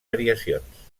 variacions